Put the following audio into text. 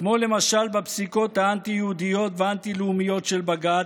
כמו למשל בפסיקות האנטי-יהודיות והאנטי-לאומיות של בג"ץ,